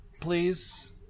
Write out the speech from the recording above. please